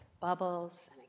bubbles